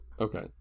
okay